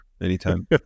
anytime